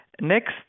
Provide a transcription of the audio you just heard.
Next